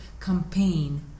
campaign